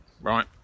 right